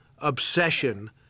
obsession